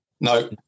No